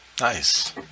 Nice